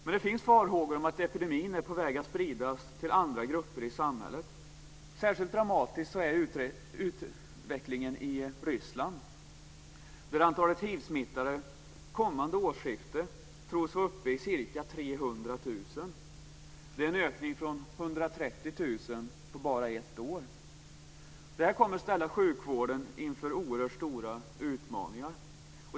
Men det finns farhågor om att epidemin är på väg att spridas till andra grupper i samhället. Särskilt dramatisk är utvecklingen i Ryssland. Kommande årsskifte tros antalet hiv-smittade vara uppe i 300 000 - en ökning från 130 000 på bara ett år. Detta kommer att ställa sjukvården inför oerhört stora utmaningar.